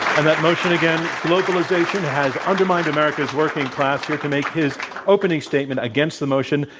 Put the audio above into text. and that motion, again globalization has undermined america's working class. here to make his opening statement against the motion,